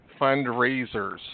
fundraisers